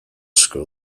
school